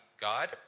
God